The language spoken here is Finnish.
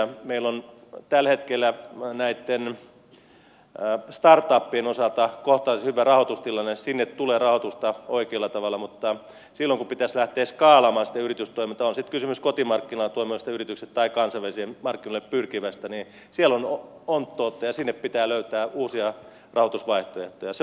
meillä on tällä hetkellä näitten startupien osalta kohtalaisen hyvä rahoitustilanne sinne tulee rahoitusta oikealla tavalla mutta silloin kun pitäisi lähteä skaalaamaan sitä yritystoimintaa on sitten kysymys kotimarkkinoilla toimivasta yrityksestä tai kansainvälisille markkinoille pyrkivästä niin siellä on onttoutta ja sinne pitää löytää uusia rahoitusvaihtoehtoja